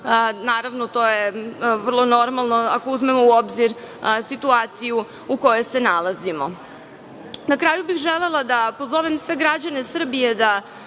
naravno to je vrlo normalno ako uzmemo u obzir situaciju u kojoj se nalazimo. Na kraju bih želela da pozovem sve građane Srbije da